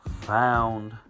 found